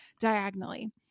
diagonally